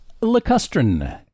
lacustrine